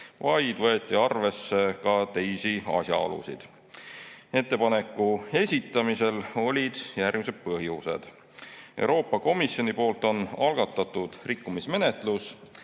vaid võeti arvesse ka teisi asjaolusid. Ettepaneku esitamisel olid järgmised põhjused. Euroopa Komisjon on algatanud rikkumismenetluse,